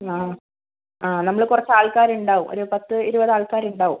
ആ ആ നമ്മൾ കുറച്ച് ആൾക്കാർ ഉണ്ടാവും പത്ത് ഇരുപത് ആൾക്കാർ ഉണ്ടാവും